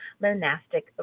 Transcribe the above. monastic